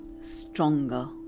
stronger